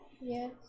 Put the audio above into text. Yes